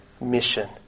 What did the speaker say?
mission